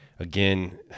Again